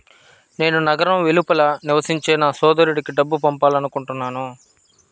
నేను నగరం వెలుపల నివసించే నా సోదరుడికి డబ్బు పంపాలనుకుంటున్నాను